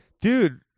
dude